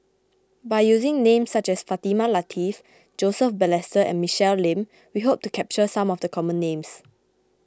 by using names such as Fatimah Lateef Joseph Balestier and Michelle Lim we hope to capture some of the common names